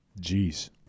Jeez